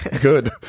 Good